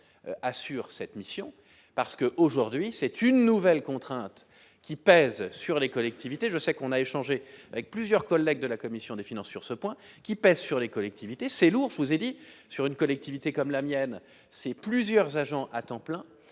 assure cette mission parce que, aujourd'hui, c'est une nouvelle contrainte qui pèse sur les collectivités, je sais qu'on a échangé avec plusieurs collègues de la commission des finances, sur ce point qui pèsent sur les collectivités, c'est lourd, dit sur une collectivité comme la mienne, c'est plusieurs agents à temps plein,